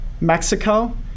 Mexico